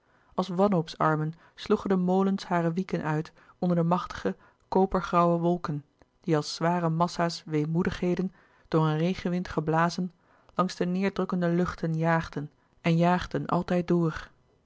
als wanhoopsarmen sloegen de molens hare wieken uit onder de machtige kopergrauwe wolken die als zware massa's weemoedigheden door een regenwind geblazen langs de neêrdrukkende luchten jaagden en jaagden altijd door